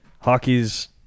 Hockey's